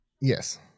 Yes